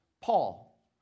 Paul